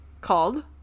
called